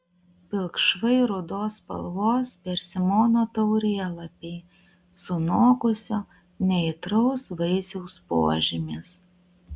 pilkšvai rudos spalvos persimono taurėlapiai sunokusio neaitraus vaisiaus požymis